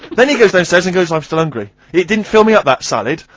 then he goes downstairs and goes i'm still hungry, it didn't fill me up that salad.